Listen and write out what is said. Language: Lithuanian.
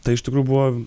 tai iš tikrųjų buvo